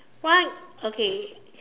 what okay